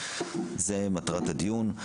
זה מטרת הדיון.